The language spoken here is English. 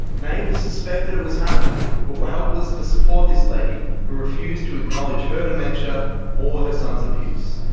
neighbours suspected it was happening but were helpless to support this lady who refused to acknowledge her dementia or her son's abuse.